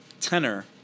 tenor